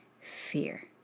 fear